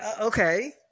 Okay